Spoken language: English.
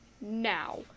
now